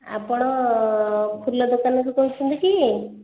ଆପଣ ଫୁଲ ଦୋକାନରୁ କହୁଛନ୍ତି କି